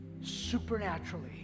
Supernaturally